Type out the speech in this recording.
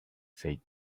said